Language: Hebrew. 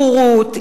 בורות,